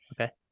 Okay